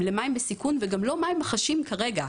למה הם בסיכון וגם לא מה הם חשים כרגע.